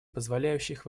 позволяющих